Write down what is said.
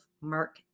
Mark